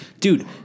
dude